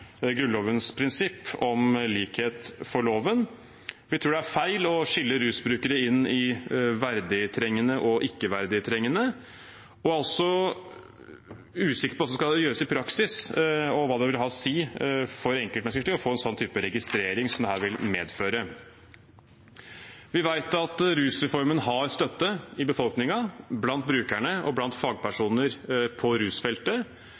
Grunnlovens prinsipp om likhet for loven. Vi tror det er feil å skille på rusbrukere: verdig trengende og ikke verdig trengende. Jeg er usikker på hvordan det skal gjøres i praksis, og hva det vil ha å si for enkeltmenneskers liv å få en sånn type registrering som dette vil medføre. Vi vet at rusreformen har støtte i befolkningen, blant brukerne og blant fagpersoner på rusfeltet.